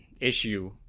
issue